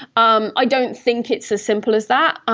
um i don't think it's as simple as that,